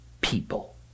people